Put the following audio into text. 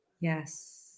Yes